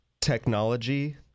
technology